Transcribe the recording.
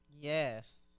Yes